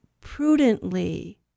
prudently